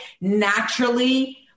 naturally